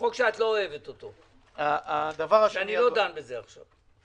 חוק שאת לא אוהבת אותו, אני לא דן בזה עכשיו.